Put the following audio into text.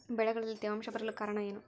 ಬೆಳೆಗಳಲ್ಲಿ ತೇವಾಂಶ ಬರಲು ಕಾರಣ ಏನು?